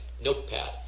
Notepad